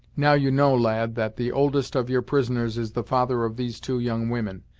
now you know, lad, that the oldest of your prisoners is the father of these two young women,